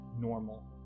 normal